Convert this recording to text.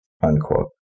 Unquote